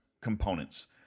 components